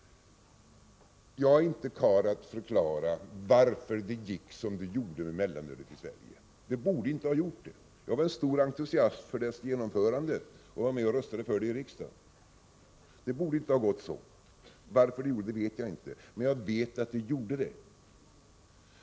Jag är inte karl att förklara varför det gick som det gjorde med mellanölet i Sverige. Det borde inte ha gått så. Jag var en stor entusiast för dess införande och röstade för det i riksdagen. Varför det gick galet vet jag inte, men jag vet att det gjorde det.